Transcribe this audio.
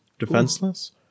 defenseless